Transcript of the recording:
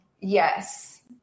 Yes